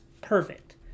perfect